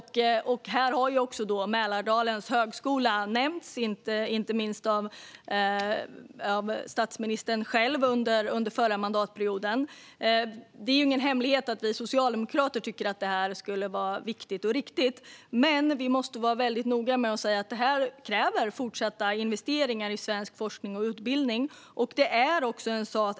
Här har Mälardalens högskola nämnts, inte minst av statsministern själv under den förra mandatperioden. Det är ju ingen hemlighet att vi socialdemokrater tycker att detta skulle vara viktigt och riktigt, men vi måste vara väldigt noga med att säga att detta kräver fortsatta investeringar i svensk forskning och utbildning.